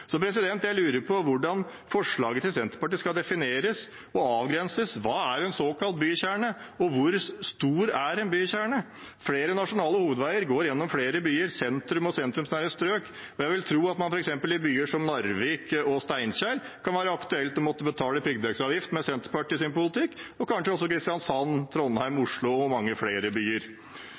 Jeg lurer på hvordan forslaget til Senterpartiet skal defineres og avgrenses. Hva er en såkalt bykjerne, og hvor stor er en bykjerne? Flere nasjonale hovedveier går gjennom flere byer, sentrum og sentrumsnære strøk. Jeg vil tro at det f.eks. i byer som Narvik og Steinkjer kan være aktuelt å måtte betale piggdekkavgift med Senterpartiets politikk, og kanskje også i Kristiansand, Trondheim, Oslo og mange flere byer.